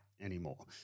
anymore